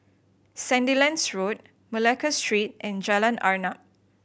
Sandilands Road Malacca Street and Jalan Arnap